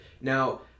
now